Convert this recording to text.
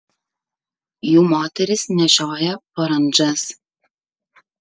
jų moterys nešioja parandžas